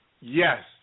yes